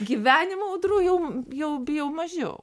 gyvenimo audrų jau jau bijau mažiau